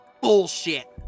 Bullshit